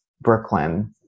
brooklyn